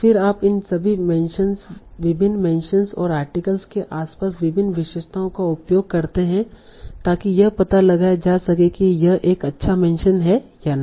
फिर आप इन विभिन्न मेंशनस और आर्टिकल्स के आसपास विभिन्न विशेषताओं का उपयोग करते हैं ताकि यह पता लगाया जा सके कि यह एक अच्छा मेंशन है या नहीं